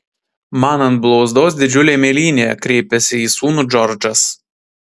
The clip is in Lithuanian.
man ant blauzdos didžiulė mėlynė kreipėsi į sūnų džordžas